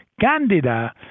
candida